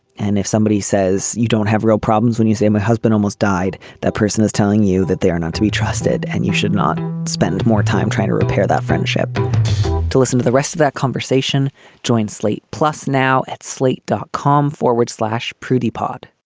and if somebody says you don't have real problems when you say my husband almost died that person is telling you that they're not to be trusted and you should not spend more time trying to repair that friendship to listen to the rest of that conversation joint slate plus now at slate dot com forward slash prudie pot